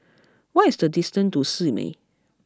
what is the distance to Simei